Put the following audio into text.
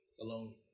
Alone